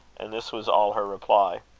and this was all her reply.